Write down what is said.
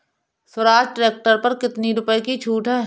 Swaraj tractor पर कितनी रुपये की छूट है?